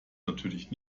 natürlich